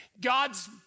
God's